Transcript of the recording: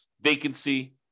vacancy